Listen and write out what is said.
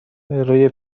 روی